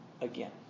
again